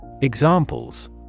Examples